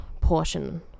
portion